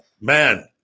man